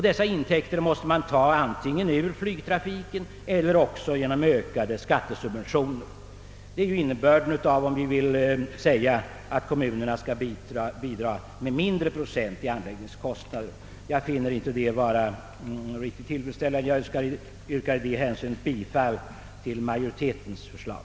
Dessa måste tas antingen från flygtrafiken eller också genom ökade skattesubventioner. Detta är innebörden av att kommunerna skall bidra med en lägre procent av anläggningskostnaderna. Jag finner inte detta riktigt tillfredsställande och jag yrkar på denna punkt bifall till utskottets hemställan.